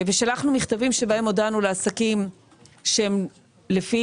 ושלחנו מכתבים שבהם הודענו לעסקים שהם לפי